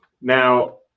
Now